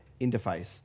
interface